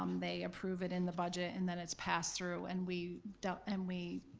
they approve it in the budget, and then it's passed through and we don't, and we